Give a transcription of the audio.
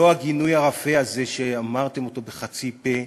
לא הגינוי הרפה הזה, שאמרתם אותו בחצי פה,